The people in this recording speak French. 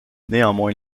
néanmoins